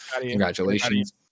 Congratulations